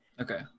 Okay